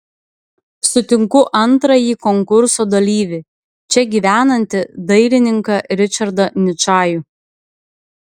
sutinku antrąjį konkurso dalyvį čia gyvenantį dailininką ričardą ničajų